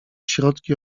środki